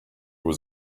was